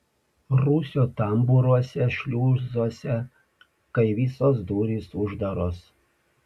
rūsio tambūruose šliuzuose kai visos durys uždaros